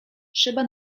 trzeba